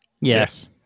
Yes